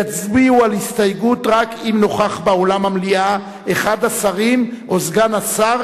יצביעו על ההסתייגות רק אם נוכח באולם המליאה אחד השרים או סגן השר,